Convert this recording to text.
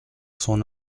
son